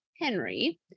Henry